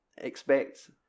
Expect